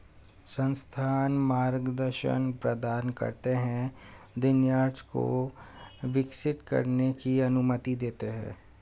संस्थान मार्गदर्शन प्रदान करते है दिनचर्या को विकसित करने की अनुमति देते है